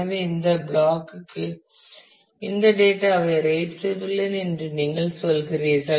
எனவே இந்தத் பிளாக் க்கு இந்தத் டேட்டா ஐ ரைட் செய்துள்ளேன் என்று நீங்கள் சொல்கிறீர்கள்